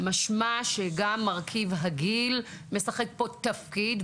משמע שגם מרכיב הגיל משחק פה תפקיד,